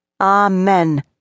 Amen